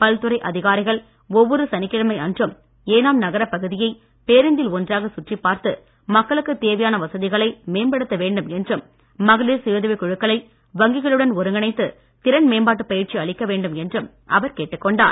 பல்துறை அதிகாரிகள் ஒவ்வொரு சனிக்கிழமை அன்றும் ஏனாம் நகரப் பகுதியை பேருந்தில் ஒன்றாக சுற்றிப்பார்த்து மக்களுக்கு தேவையான வசதிகளை மேம்படுத்த வேண்டும் என்றும் மகளிர் சுயஉதவிக் குழுக்களை வங்கிகளுடன் ஒருங்கிணைத்து திறன் வேண்டும் என்றும் அவர் மேம்பாட்டு பயிற்சி அளிக்க கேட்டுக்கொண்டார்